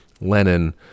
lenin